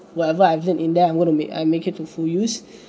whatever I've learnt in there I'm gonna make I make it to full use